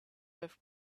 with